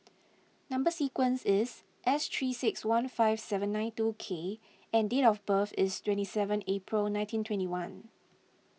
Number Sequence is S three six one five seven nine two K and date of birth is twenty seven April nineteen twenty one